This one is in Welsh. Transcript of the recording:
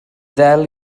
ddel